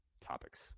topics